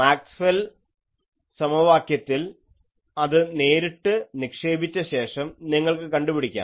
Maxwell സമവാക്യത്തിൽ അത് നേരിട്ട് നിക്ഷേപിച്ച ശേഷം നിങ്ങൾക്ക് കണ്ടുപിടിക്കാം